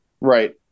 right